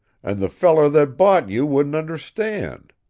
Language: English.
and the feller that bought you wouldn't understand.